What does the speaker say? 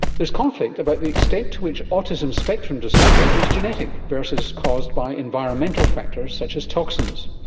there's conflict about the extent to which autism spectrum disorder is genetic versus caused by environmental factors such as toxins.